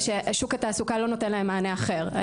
וששוק התעסוקה לא נותן להן מענה אחר.